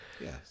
Yes